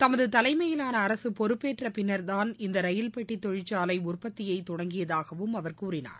தமது தலைமையிலான அரசு பொறுப்பேற்றபின்னர் தான் இந்த ரயில் பெட்டித் தொழிற்சாலை உற்பத்தியைத் தொடங்கியதாகவும் அவர் கூறினார்